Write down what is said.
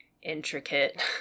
intricate